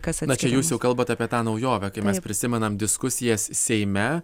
kas čia jūs jau kalbat apie tą naujovę kai mes prisimenam diskusijas seime